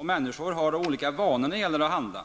Människor har olika vanor när det gäller att handla.